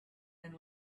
and